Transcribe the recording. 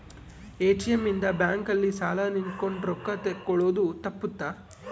ATM ಇಂದ bank ಅಲ್ಲಿ ಸಾಲ್ ನಿಂತ್ಕೊಂಡ್ ರೊಕ್ಕ ತೆಕ್ಕೊಳೊದು ತಪ್ಪುತ್ತ